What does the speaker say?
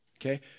okay